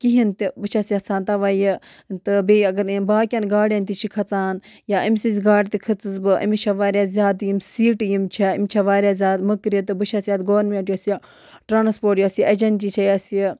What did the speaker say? کِہیٖنۍ تہِ بہٕ چھَس یَژھان تَوَے یہِ تہٕ بیٚیہِ اگر نہٕ یِم باقیَن گاڑٮ۪ن تہِ چھِ کھَژان یا أمۍ سٕنٛز گاڑِ تہِ کھٔژٕس بہٕ أمِس چھےٚ وارِیاہ زیادٕ یِم سیٖٹہٕ یِم چھےٚ أمِس چھےٚ وارِیاہ زیادٕ مٔکرِ تہٕ بہٕ چھَس یَتھ گورمٮ۪نٛٹ یۄس یہِ ٹرٛانَسپوٹ یۄس یہِ اٮ۪جَنسی چھےٚ یَس یہِ